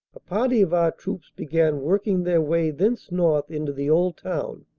a party of our troops began working their way thence north into the old town,